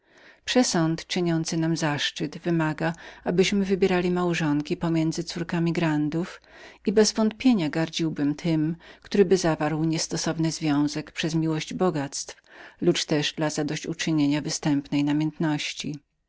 przesąd czyniący nam zaszczyt wymaga abyśmy wybierali małżonki pomiędzy córkami grandów i bezwątpienia gardziłbym tym któryby zawarł niestosowny związek przez miłość bogactw lub też dla zadość uczynienia występnej